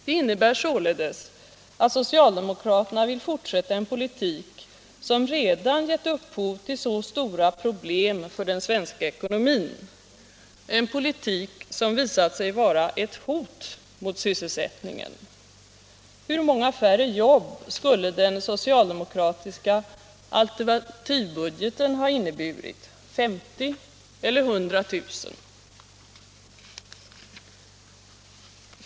Det innebär således att socialdemokraterna vill fortsätta en politik som redan gett upphov till så stora problem för den svenska ekonomin, en politik som visat sig vara ett hot mot sysselsättningen. Hur många färre jobb skulle den socialdemokratiska alternativbudgeten ha inneburit? 50 eller 100 000?